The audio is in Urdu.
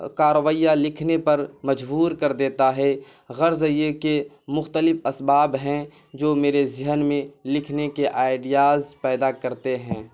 کا رویہ لکھنے پر مجبور کر دیتا ہے غرض یہ کہ مختلف اسباب ہیں جو میرے ذہن میں لکھنے کے آئیڈیاز پیدا کرتے ہیں